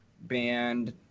band